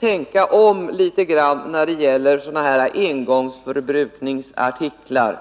tänka om litet grand när det gäller engångsförbrukningsartiklar.